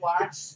watch